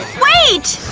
wait!